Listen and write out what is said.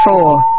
four